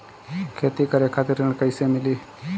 खेती करे खातिर ऋण कइसे मिली?